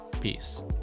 Peace